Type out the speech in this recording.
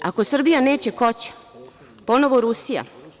Ako Srbija neće, ko će, ponovo Rusija?